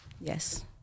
Yes